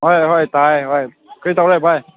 ꯍꯣꯏ ꯍꯣꯏ ꯇꯥꯏꯌꯦ ꯍꯣꯏ ꯀꯔꯤ ꯇꯧꯔꯦ ꯕꯥꯏ